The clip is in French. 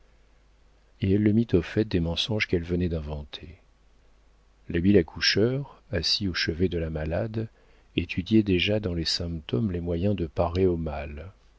et elle le mit au fait des mensonges qu'elle venait d'inventer l'habile accoucheur assis au chevet de la malade étudiait déjà dans les symptômes les moyens de parer au mal